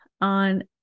on